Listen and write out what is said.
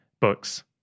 books